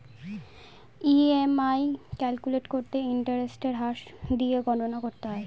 EMI calculate করতে ইন্টারেস্টের হার দিয়ে গণনা করতে হয়